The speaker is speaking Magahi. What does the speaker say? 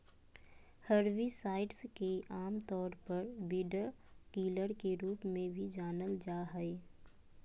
हर्बिसाइड्स के आमतौर पर वीडकिलर के रूप में भी जानल जा हइ